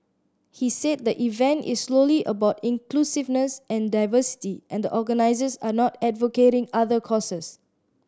he said the event is slowly about inclusiveness and diversity and the organises are not advocating other causes